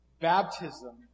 Baptism